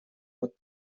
под